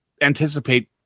anticipate